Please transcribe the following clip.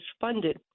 funded